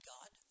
God